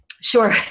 sure